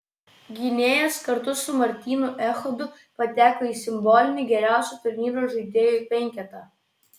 gynėjas kartu su martynu echodu pateko į simbolinį geriausių turnyro žaidėjų penketą